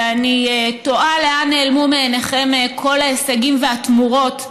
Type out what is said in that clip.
ואני תוהה לאן נעלמו מעיניכם כל ההישגים והתמורות,